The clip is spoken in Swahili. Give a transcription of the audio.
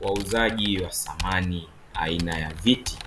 Wauzaji wa samani aina ya viti